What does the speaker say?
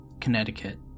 Connecticut